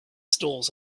stalls